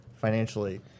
financially